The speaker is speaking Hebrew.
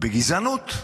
בגזענות,